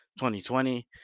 2020